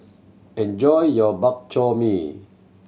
enjoy your Bak Chor Mee